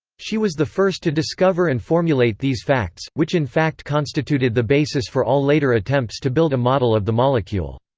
she was the first to discover and formulate these facts, which in fact constituted the basis for all later attempts to build a model of the molecule.